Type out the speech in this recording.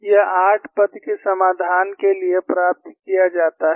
यह आठ पद के समाधान के लिए प्राप्त किया जाता है